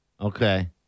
Okay